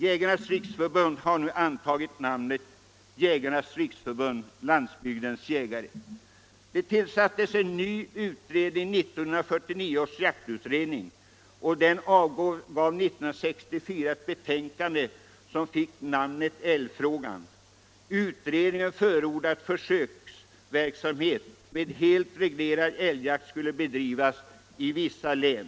Jägarnas riksförbund har nu antagit namnet Jägarnas riksförbund-Landsbygdens jägare. Det tillsattes en ny utredning, 1949 års jaktutredning, som år 1964 avgav ett betänkande som fick namnet ”Älgfrågan”. Utredningen förordade att försöksverksamhet med helt reglerad älgjakt skulle bedrivas i vissa län.